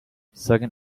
soaking